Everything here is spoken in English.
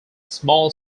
small